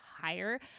higher